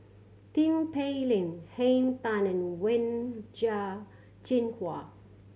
Tin Pei Ling Henn Tan and Wen Jinhua